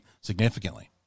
significantly